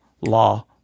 law